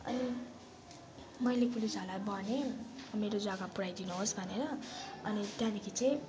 अनि मैले पुलिसहरूलाई भनेँ मेरो जग्गा पुऱ्याइदिनुहोस् भनेर अनि त्यहाँदेखि चाहिँ